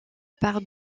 part